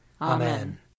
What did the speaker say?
Amen